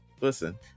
listen